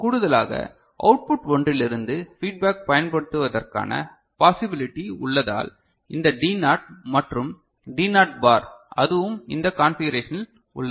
கூடுதலாக அவுட்புட் ஒன்றிலிருந்து ஃபீட்பேக் பயன்படுத்துவதற்கான பாசிபிலிட்டி உள்ளதால் இந்த Dநாட் மற்றும் Dநாட் பார் அதுவும் இந்த கான்பிகறேஷனில் உள்ளது